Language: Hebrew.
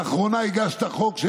לאחרונה הגשת הצעת חוק,